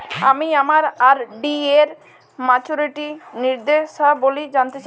আমি আমার আর.ডি এর মাচুরিটি নির্দেশাবলী জানতে চাই